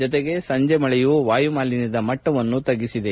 ಜತೆಗೆ ಸಂಜೆ ಮಳೆಯೂ ವಾಯುಮಾಲಿನ್ನದ ಮಟ್ಟವನ್ನು ತಗ್ಗಿಸಿದೆ